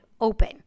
open